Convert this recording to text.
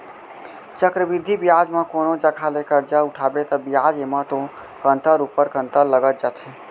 चक्रबृद्धि बियाज म कोनो जघा ले करजा उठाबे ता बियाज एमा तो कंतर ऊपर कंतर लगत जाथे